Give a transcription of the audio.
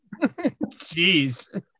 Jeez